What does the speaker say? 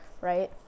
right